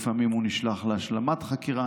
לפעמים הוא נשלח להשלמת חקירה,